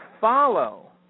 follow